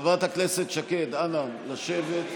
חברת הכנסת שקד, אנא לשבת.